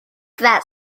that